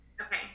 Okay